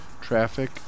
Traffic